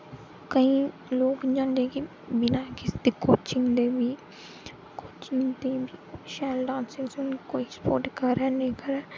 केई लोक इ'यां होंदे कि बिना कुसै दे कोचिंग दे बी कोचिंग शैल डांस कोई सपोर्ट करै नेईं करै